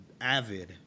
avid